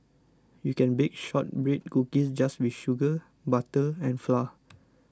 you can bake Shortbread Cookies just with sugar butter and flour